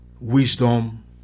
wisdom